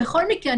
בכל מקרה,